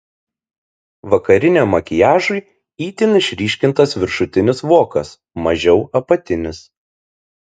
vakariniam makiažui itin išryškintas viršutinis vokas mažiau apatinis